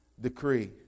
decree